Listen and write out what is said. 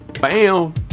Bam